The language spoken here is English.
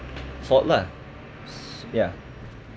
fault lah s~ yeah